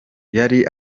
yari